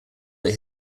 that